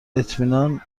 اطمینان